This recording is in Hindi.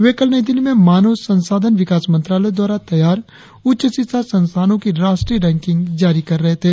वे कल नई दिल्ली में मानव संसाधन विकास मंत्रालय द्वारा तैयार उच्च शिक्षा संस्थानों की रास्हत्रीय रैंकिग जारी कर रहे थे